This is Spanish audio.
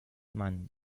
mann